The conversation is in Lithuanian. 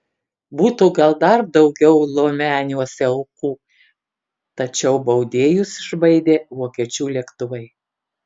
būtų gal dar daugiau lomeniuose aukų tačiau baudėjus išbaidė vokiečių lėktuvai